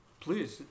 please